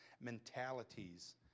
mentalities